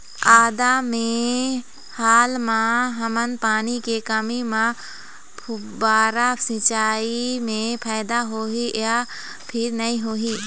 आदा मे हाल मा हमन पानी के कमी म फुब्बारा सिचाई मे फायदा होही या फिर नई होही?